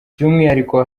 by’umwihariko